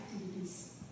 activities